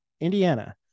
Indiana